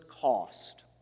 cost